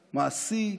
מעשי,